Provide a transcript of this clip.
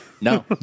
No